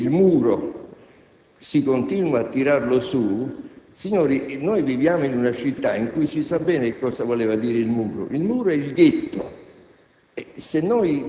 Invece, se si continua a tirare su il muro (signori, noi viviamo in una città in cui si sa bene cosa voleva dire il muro: il muro è il ghetto),